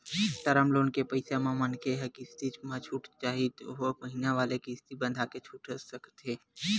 term loan के पइसा ल मनखे ह किस्ती म छूटथे चाहे ओहा महिना वाले किस्ती बंधाके छूट सकत हे